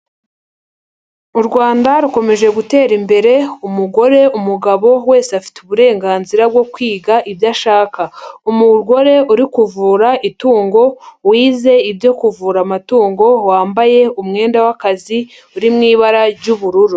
U Rwanda rukomeje gutera imbere umugore, umugabo wese afite uburenganzira bwo kwiga ibyo ashaka. Umugore uri kuvura itungo wize ibyo kuvura amatungo, wambaye umwenda w'akazi uri mu ibara ry'ubururu.